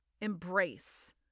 embrace